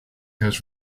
has